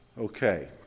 okay